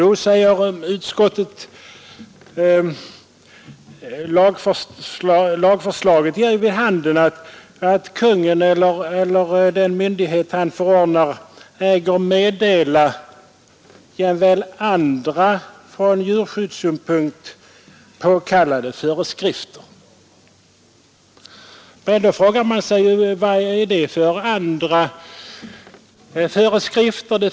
Jo, säger utskottet, lagförslaget ger vid handen att Kungl. Maj:t eller den myndighet som Kungl. Maj:t förordnar äger meddela jämväl ”andra från djurskyddssynpunkt påkallade föreskrifter”. Men då frågar man sig: Vilka andra föreskrifter är det?